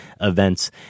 events